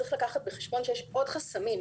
צריך לקחת בחשבון שיש עוד חסמים,